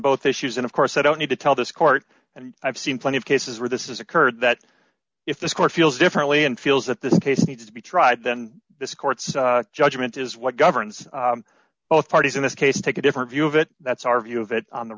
both issues and of course i don't need to tell this court and i've seen plenty of cases where this is occurred that if this court feels differently and feels that this case needs to be tried then this court's judgment is what governs both parties in this case take a different view of it that's our view of it on the